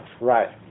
Right